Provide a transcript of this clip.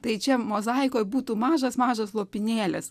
tai čia mozaikoj būtų mažas mažas lopinėlis